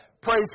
Praise